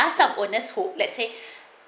ask some owners hope let's say